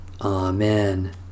Amen